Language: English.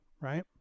right